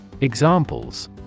Examples